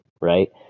right